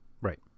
Right